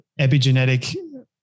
epigenetic